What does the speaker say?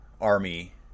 army